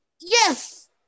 yes